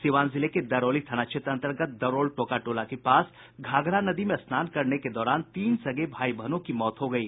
सीवान जिले के दरौली थाना क्षेत्र अंतर्गत दरौल टोका टोला के पास घाघरा नदी में स्नान करने के दौरान तीन सगे भाई बहनों की मौत हो गयी